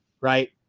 right